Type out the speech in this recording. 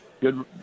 good